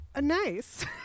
Nice